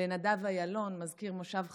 לנדב איילון, מזכיר מושב חצבה,